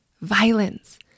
violence